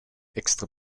extra